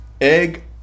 egg